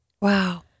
Wow